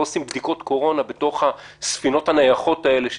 לא עושים בדיקות קורונה בתוך הספינות הנייחות האלה,